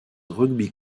rugby